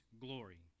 glory